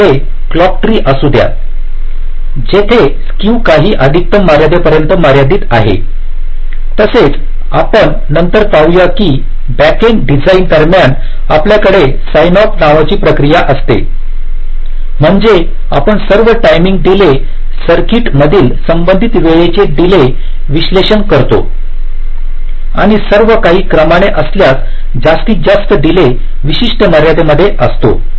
आपल्याकडे clock tree असू द्या जिथे स्क्यू काही अधिकतम मर्यादांपर्यंत मर्यादित आहे तसेच आपण नंतर पाहूया की बॅकएंड डिझाईन दरम्यान आपल्याकडे साइनऑफ नावाची प्रक्रिया असते म्हणजे आपण सर्व टाईमिंग डीले सर्किटमधील संबंधित वेळेच्या डीलेचे विश्लेषण करतो आणि सर्व काही क्रमाने असल्यास जास्तीत जास्त डीले विशिष्ट मर्यादेमध्ये असतो